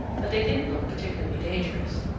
but they didn't look particularly dangerous.